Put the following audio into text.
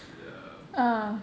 ya